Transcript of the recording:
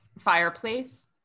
fireplace